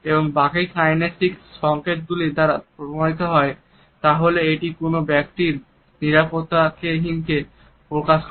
এবং বাকি কাইনেসিক সংকেত গুলির দ্বারা প্রমাণিত হয় তাহলে এটি কোন ব্যক্তির নিরাপত্তাহীনতা প্রকাশ করে